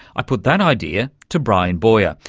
i put that idea to bryan boyer,